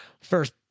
first